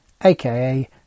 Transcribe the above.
aka